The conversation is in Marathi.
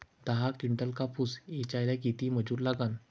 दहा किंटल कापूस ऐचायले किती मजूरी लागन?